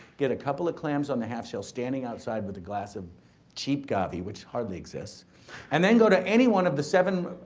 get a couple of clams on the half shell standing outside with a glass of cheap gavi, which hardly exists and then go to any one of the seven,